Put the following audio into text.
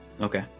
Okay